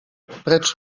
precz